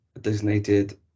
designated